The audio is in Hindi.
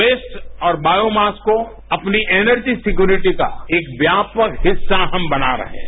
वेस्ट और बायोमास को अपनी एनर्जी सिक्योरिटी का एक व्यापक हिस्सा हम बना रहे हैं